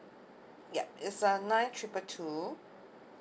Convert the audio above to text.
yup it's a nine triple two